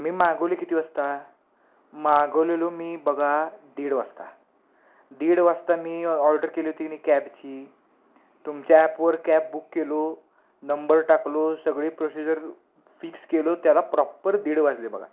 मी मागवली किती वाजता मागवलेलो मी बघा दीड वाजता दीड वाजता मी ऑर्डर केली होती नी कॅबची तुमच्या ॲपवर कॅब बुक केलो नंबर टाकलो सगळी प्रोसिजर फिक्स केलो त्याला प्रॉपर दीड वाजले बघा